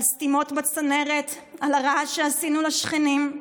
על סתימות בצנרת, על הרעש שעשינו לשכנים.